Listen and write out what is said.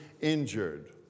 injured